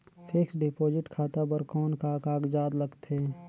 Fixed deposit खाता बर कौन का कागजात लगथे?